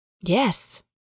Yes